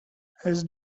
his